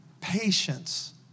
patience